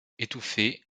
étouffée